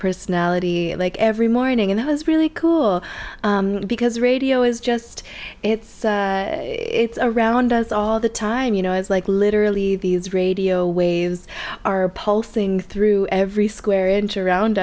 personality like every morning and it was really cool because radio is just it's around us all the time you know it's like literally these radio waves are pulsing through every square inch around